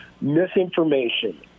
misinformation